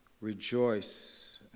rejoice